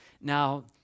Now